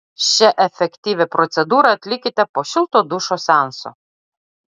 šią efektyvią procedūrą atlikite po šilto dušo seanso